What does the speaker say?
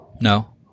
No